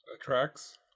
Attracts